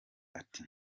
ati